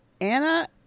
Anna